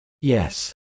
Yes